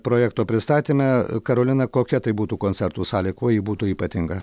projekto pristatyme karolina kokia tai būtų koncertų salė kuo ji būtų ypatinga